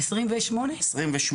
נכון להיום בבוקר הגיעו לישראל 28,700